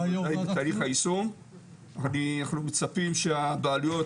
תאריך היישום ואנחנו מצפים שהבעלויות,